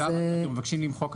אתם מבקשים למחוק "הנוגעים,